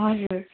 हजुर